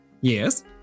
Yes